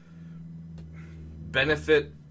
benefit